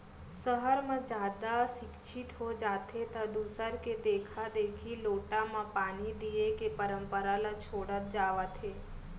सहर म जादा सिक्छित हो जाथें त दूसर के देखा देखी लोटा म पानी दिये के परंपरा ल छोड़त जावत हें